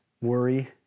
worry